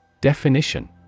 Definition